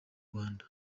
rwanda